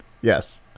yes